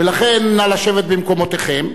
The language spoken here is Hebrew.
ולכן נא לשבת במקומותיכם,